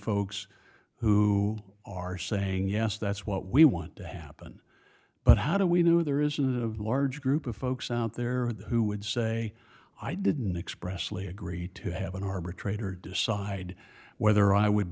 folks who are saying yes that's what we want to happen but how do we know there isn't a large group of folks out there who would say i didn't express lee agreed to have an arbitrator decide whether i would